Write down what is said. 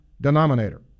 denominator